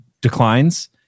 declines